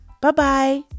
Bye-bye